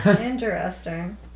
Interesting